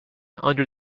under